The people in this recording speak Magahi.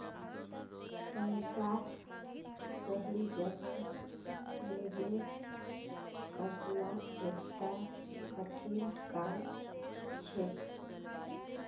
ऐसाक सही जगह निवेश करना एकता कठिन काम छेक